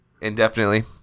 indefinitely